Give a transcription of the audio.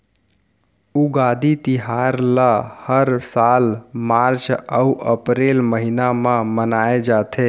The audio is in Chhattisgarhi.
उगादी तिहार ल हर साल मार्च अउ अपरेल महिना म मनाए जाथे